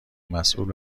مسول